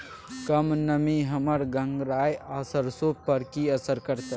कम नमी हमर गंगराय आ सरसो पर की असर करतै?